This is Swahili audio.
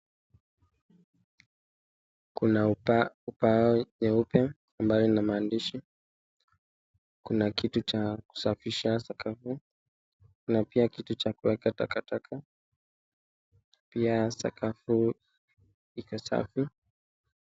Kuna ubao nyeupe ambayo ina maandishi, kuna kitu cha kusafisha sakafu na pia kitu cha kuweka takataka na pia sakafu iko chafu.